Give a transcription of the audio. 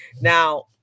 now